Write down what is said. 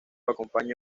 acompaña